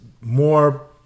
more